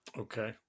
Okay